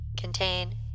Contain